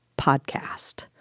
podcast